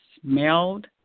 smelled